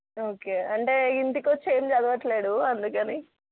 okay అంటే ఇంటికి వచ్చి ఏమి చదవట్లేడు అందుకని